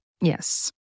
yes